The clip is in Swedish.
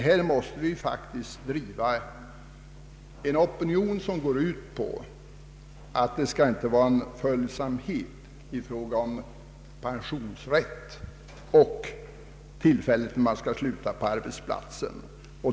Här måste vi faktiskt driva en opinion som går ut på att det inte skall vara följsamhet i fråga om pensionsrätt och upphörande av anställning.